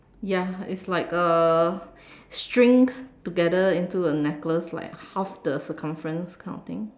ya it's like a string together into a necklace like half the circumference kind of thing